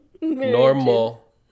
normal